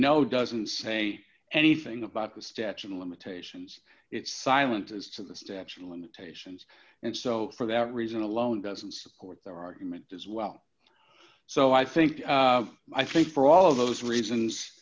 know doesn't say anything about the statute of limitations it's silent as to the statute of limitations and so for that reason alone doesn't support their argument as well so i think i think for all of those reasons